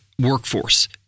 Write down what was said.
workforce